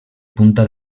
punta